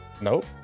Nope